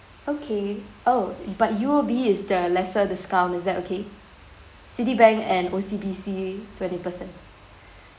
okay oh but U_O_B is the lesser discount is that okay citibank and O_C_B_C twenty per cent